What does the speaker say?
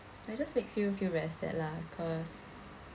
like just makes you feel very sad lah cause